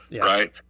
right